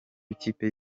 ikipe